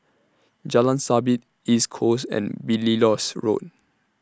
Jalan Sabit East Coast and Belilios Road